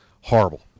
horrible